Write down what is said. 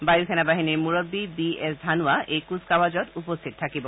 বায়ু সেনা বাহিনীৰ মুৰববী বি এছ ধানোৱা এই কুচকাৱাজত উপস্থিত থাকিব